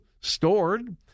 stored